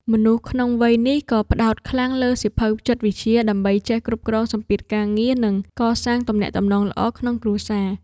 មនុស្សក្នុងវ័យនេះ ក៏ផ្ដោតខ្លាំងលើសៀវភៅចិត្តវិទ្យា ដើម្បីចេះគ្រប់គ្រងសម្ពាធការងារ និងកសាងទំនាក់ទំនងល្អក្នុងគ្រួសារ។